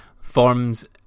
forms